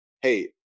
Hey